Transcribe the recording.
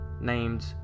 named